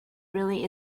really